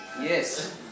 Yes